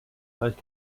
gleich